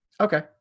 Okay